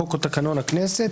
חוק או תקנון הכנסת.